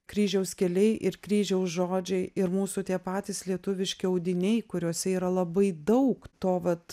kryžiaus keliai ir kryžiaus žodžiai ir mūsų tie patys lietuviški audiniai kuriuose yra labai daug to vat